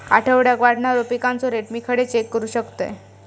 आठवड्याक वाढणारो पिकांचो रेट मी खडे चेक करू शकतय?